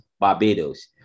Barbados